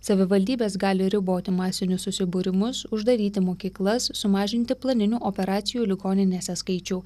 savivaldybės gali riboti masinius susibūrimus uždaryti mokyklas sumažinti planinių operacijų ligoninėse skaičių